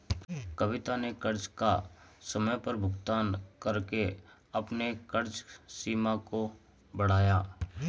कविता ने कर्ज का समय पर भुगतान करके अपने कर्ज सीमा को बढ़ाया